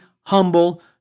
humble